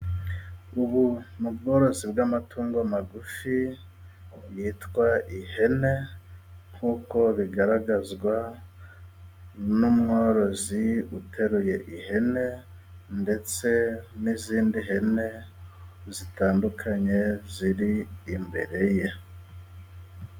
Ubu mu bworozi bw'amatungo magufi yitwa ihene， nk'uko bigaragazwa n'umworozi uteruye ihene，ndetse n'izindi hene zitandukanye ziri imbere ye.